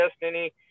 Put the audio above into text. Destiny